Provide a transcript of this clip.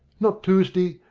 not tuesday,